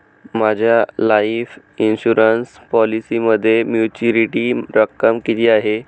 माझ्या life insurance पॉलिसीमध्ये maturity रक्कम किती आहे?